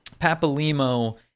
Papalimo